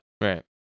Right